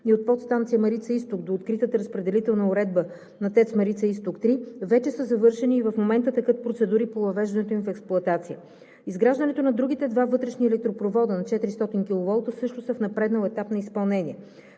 и от Подстанция „Марица изток“ до откритата разпределителна уредба на „ТЕЦ Марица Изток 3“ вече са завършени и в момента текат процедури по въвеждането им в експлоатация. Изграждането на другите два вътрешни електропровода – 400-киловолтови, също са в напреднал етап на изпълнение.